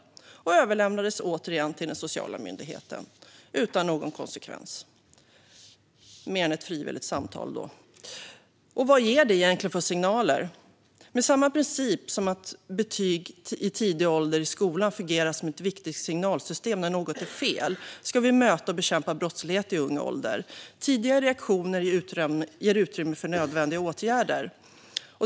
Personen överlämnades återigen till den sociala myndigheten utan någon konsekvens mer än ett frivilligt samtal. Vad ger det egentligen för signaler? Enligt samma princip som att betyg i skolan i tidig ålder fungerar som ett viktigt signalsystem när något är fel ska vi möta och bekämpa brottslighet i ung ålder. Tidiga reaktioner ger utrymme för nödvändiga åtgärder.